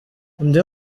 undi